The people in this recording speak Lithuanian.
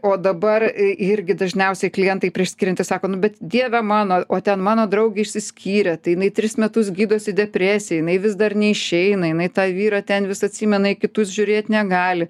o dabar irgi dažniausiai klientai prieš skiriantis sako nu bet dieve mano o ten mano draugė išsiskyrė tai jinai tris metus gydosi depresiją jinai vis dar neišeina jinai tą vyrą ten vis atsimena kitus žiūrėt negali